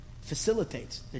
facilitates